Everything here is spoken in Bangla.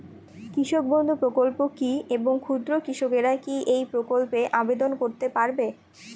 কৃষক বন্ধু প্রকল্প কী এবং ক্ষুদ্র কৃষকেরা কী এই প্রকল্পে আবেদন করতে পারবে?